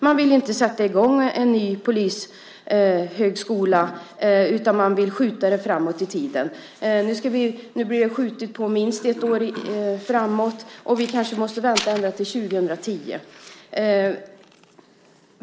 Man vill inte sätta i gång med en ny polishögskola, utan man vill skjuta det framåt i tiden. Nu blir det skjutet minst ett år framåt. Vi kanske måste vänta ända till 2010.